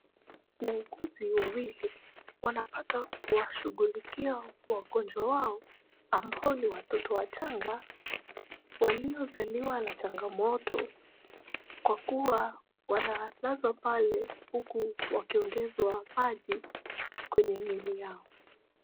Wauguzi wawili wanapata kuwashughulikia wagonjwa wao ambao ni watoto wachanga waliozaliwa na changamoto kwa kuwa wanalazwa pale huku wakiogezwa maji kwenye miili yao.